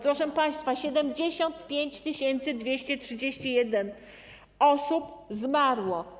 Proszę państwa, 75 231 osób zmarło.